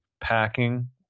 packing